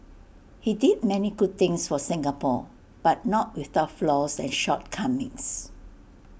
he did many good things for Singapore but not without flaws and shortcomings